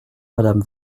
madame